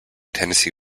tennessee